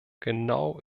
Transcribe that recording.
genau